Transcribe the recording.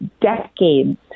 decades